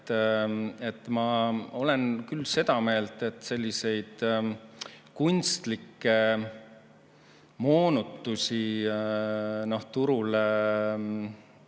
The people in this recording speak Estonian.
Ma olen küll seda meelt, et selliseid kunstlikke moonutusi turul